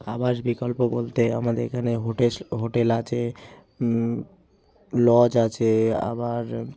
আবাস বিকল্প বলতে আমাদের এখানে হোটেস হোটেল আছে লজ আছে আবার